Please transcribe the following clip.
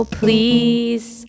please